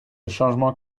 changement